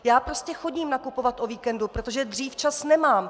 Já prostě chodím nakupovat o víkendu, protože dřív čas nemám!